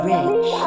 Rich